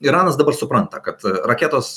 iranas dabar supranta kad raketos